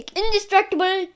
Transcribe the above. indestructible